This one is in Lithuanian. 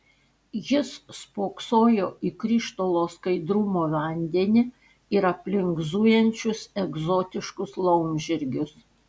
jis spoksojo į krištolo skaidrumo vandenį ir aplink zujančius egzotiškus laumžirgius